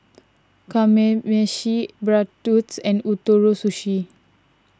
Kamameshi Bratwurst and Ootoro Sushi